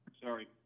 sorry